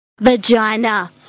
vagina